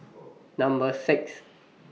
Number six